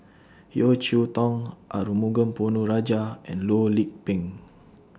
Yeo Cheow Tong Arumugam Ponnu Rajah and Loh Lik Peng